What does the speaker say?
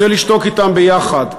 אני רוצה לשתוק אתם ביחד,